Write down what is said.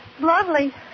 lovely